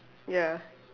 ya